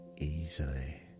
easily